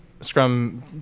Scrum